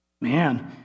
Man